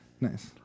Nice